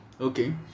Okay